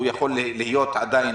הוא יכול להיות עדיין